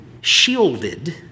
shielded